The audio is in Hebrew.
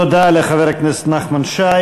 תודה לחבר הכנסת נחמן שי.